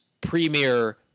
premier